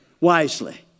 wisely